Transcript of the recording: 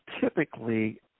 typically